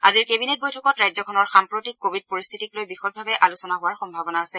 আজিৰ কেবিনেট বৈঠকত ৰাজ্যখনৰ সাম্প্ৰতিক কোৱিড পৰিস্থিতিকলৈ বিশদভাৱে আলোচনা হোৱাৰ সম্ভাৱনা আছে